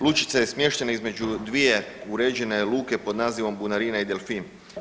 Lučica je smještena između dvije uređene luke pod nazivom Bunarina i Delfin.